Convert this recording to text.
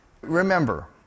remember